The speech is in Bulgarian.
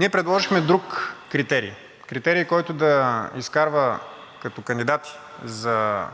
Ние предложихме друг критерий, критерий, който да изкарва като кандидати за